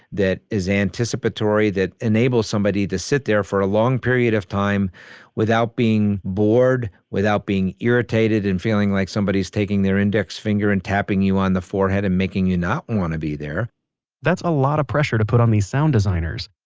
that is anticipatory, that enables somebody to sit there for a long period of time without being bored, without being irritated and feeling like somebody is taking their index finger and tapping you on the forehead and making you not want to be there that's a lot of pressure to put on these sound designers.